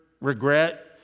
regret